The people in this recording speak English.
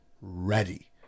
ready